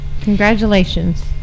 Congratulations